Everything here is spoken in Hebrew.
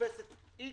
תופס את X,